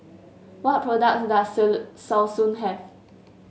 what products does Selsun have